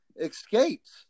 escapes